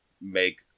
make